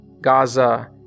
Gaza